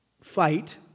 fight